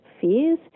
fears